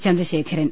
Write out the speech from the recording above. Chandrasekharan